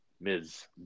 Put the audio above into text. Ms